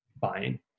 buying